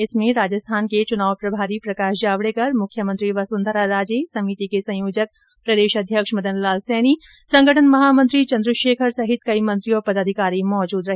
इसमें राजस्थान के चुनाव प्रभारी प्रकाश जावडेकर मुख्यमंत्री वसुंधरा राजे समिति के संयोजक प्रदेश अध्यक्ष मदन लाल सैनी संगठन महामंत्री चन्द्रशेखर सहित कई मंत्री और पदाधिकारी मौजूद रहे